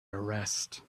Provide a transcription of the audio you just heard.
arrest